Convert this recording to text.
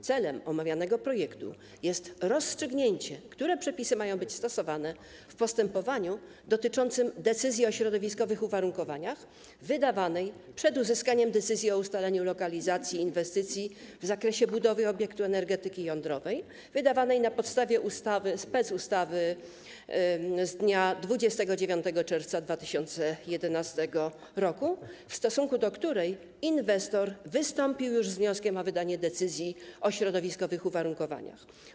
Celem omawianego projektu jest rozstrzygnięcie, które przepisy mają być stosowane w postępowaniu dotyczącym decyzji o środowiskowych uwarunkowaniach wydawanej przed uzyskaniem decyzji o ustaleniu lokalizacji inwestycji w zakresie budowy obiektu energetyki jądrowej, wydawanej na podstawie specustawy z dnia 29 czerwca 2011 r., w stosunku do której inwestor wystąpił już z wnioskiem o wydanie decyzji o środowiskowych uwarunkowaniach.